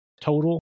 total